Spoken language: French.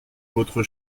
votre